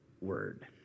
word